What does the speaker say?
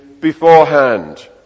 beforehand